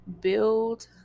build